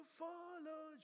follow